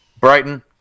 Brighton